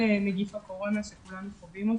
בגלל נגיף הקורונה שכולנו חווים,